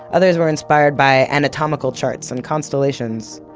others were inspired by anatomical charts and constellations.